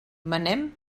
manem